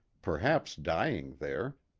perhaps dying there,